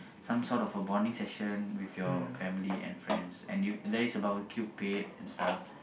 some sort of a bonding session with your family and friends and you there is a barbecue pit and stuff